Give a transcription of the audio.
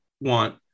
want